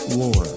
war